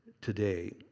today